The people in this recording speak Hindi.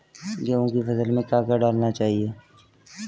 गेहूँ की फसल में क्या क्या डालना चाहिए?